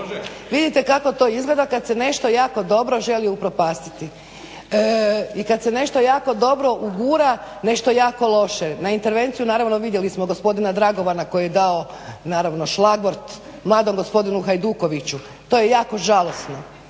Vidite kako to izgleda kad se nešto jako dobro želi upropastiti i kad se nešto jako dobro ugura nešto jako loše na intervenciju naravno vidjeli smo gospodina Dragovana koji je dao naravno šlagvort mladom gospodinu Hajdukoviću. To je jako žalosno